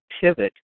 pivot